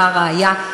והראיה,